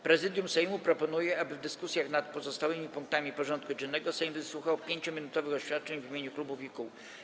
Prezydium Sejmu proponuje, aby w dyskusjach nad pozostałymi punktami porządku dziennego Sejm wysłuchał 5-minutowych oświadczeń w imieniu klubów i kół.